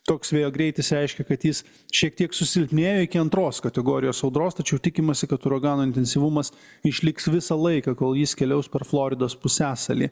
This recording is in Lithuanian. toks vėjo greitis reiškia kad jis šiek tiek susilpnėjo iki antros kategorijos audros tačiau tikimasi kad uragano intensyvumas išliks visą laiką kol jis keliaus per floridos pusiasalį